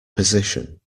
position